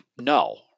no